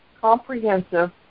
comprehensive